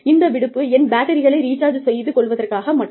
இந்த விடுப்பு என் பேட்டரிகளை ரீசார்ஜ் செய்து கொள்வதற்காக மட்டுமே